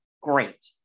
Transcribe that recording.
great